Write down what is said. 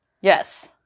Yes